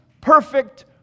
perfect